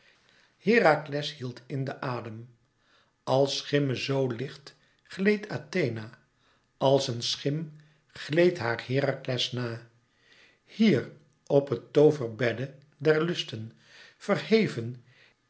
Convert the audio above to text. herakles hield in den adem als schimme zoo licht gleed athena als een schim gleed haar herakles na hier op het tooverbedde der lusten verheven